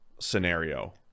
scenario